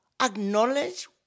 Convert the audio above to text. acknowledge